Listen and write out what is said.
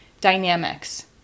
dynamics